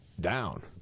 down